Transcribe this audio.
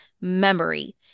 Memory